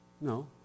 No